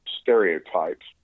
stereotypes